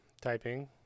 typing